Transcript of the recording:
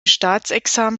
staatsexamen